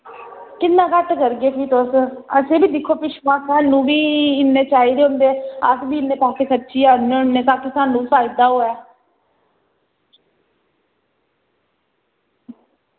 किन्ना घट्ट करगे फ्ही तुस असें बी दिक्खो पिच्छुआं सानू बी इ'न्ने चाहिदे होंदे अस बी इ'न्ने पैसे खर्चियै आह्न्ने होन्ने ताकि सानू बी फायदा होऐ